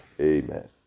Amen